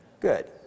Good